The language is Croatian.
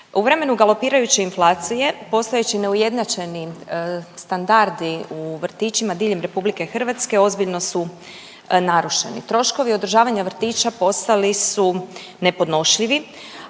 U vremenu galopirajuće inflacije postojeći neujednačeni standardi u vrtićima diljem RH ozbiljno su narušeni, troškovi održavanja vrtića postali su nepodnošljivi,